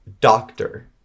doctor